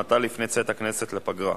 אני אכן פעלתי לקידום החוק הזה,